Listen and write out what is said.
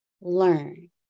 learn